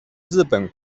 日本